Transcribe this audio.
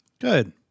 Good